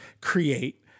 create